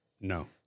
No